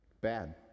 bad